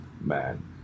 man